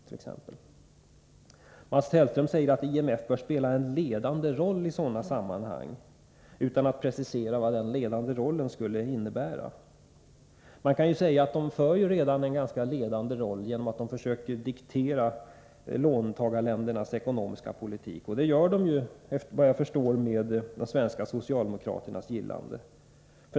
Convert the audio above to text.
Mats Hellström sade t.ex. att IMF bör spela en ledande roll i sådana sammanhang — utan att han preciserade vad den ledande rollen skulle innebära. Man kan ju säga att IMF redan har en ganska ledande ställning eftersom IMF försöker diktera låntagarländernas ekonomiska politik. Och detta gör IMF, såvitt jag förstår, med de svenska socialdemokraternas gillande.